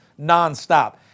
nonstop